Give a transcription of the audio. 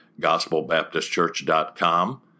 gospelbaptistchurch.com